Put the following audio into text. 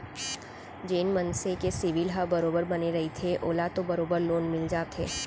जेन मनसे के सिविल ह बरोबर बने रहिथे ओला तो बरोबर लोन मिल जाथे